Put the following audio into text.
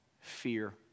fear